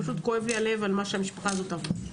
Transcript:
פשוט כואב לי הלב על מה שהמשפחה הזאת עברה.